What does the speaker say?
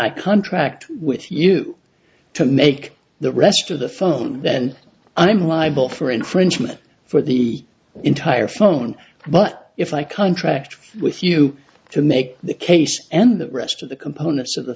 i contract with you to make the rest of the phone then i'm low i'm all for infringement for the entire phone but if i contract with you to make the case and the rest of the components of the